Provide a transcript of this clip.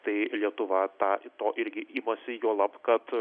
tai lietuva tą to irgi imasi juolab kad